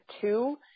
two